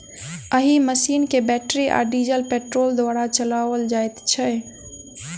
एहि मशीन के बैटरी आ डीजल पेट्रोल द्वारा चलाओल जाइत छै